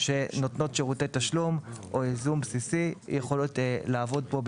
שנותנות שירותי תשלום או ייזום בסיסי יכולת לעבוד פה,